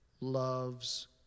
loves